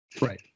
Right